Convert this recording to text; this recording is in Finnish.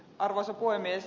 arvoisa puhemies